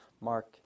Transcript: Mark